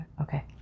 Okay